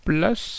Plus